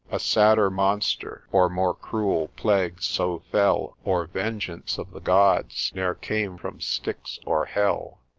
a sadder monster, or more cruel plague so fell, or vengeance of the gods, ne'er came from styx or hell.